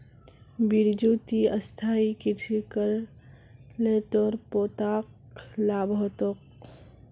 बिरजू ती स्थायी कृषि कर ल तोर पोताक लाभ ह तोक